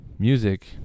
music